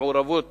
למעורבות